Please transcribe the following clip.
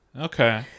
Okay